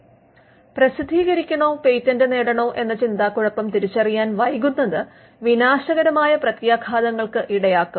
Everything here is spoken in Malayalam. സ്ലൈഡ് സമയം കാണുക 0048 പ്രസിദ്ധീകരിക്കണോ പേറ്റന്റ് നേടണോ എന്ന ചിന്താകുഴപ്പം തിരിച്ചറിയാൻ വൈകുന്നത് വിനാശകരമായ പ്രത്യാഘാതങ്ങൾക്ക് ഇടയാക്കും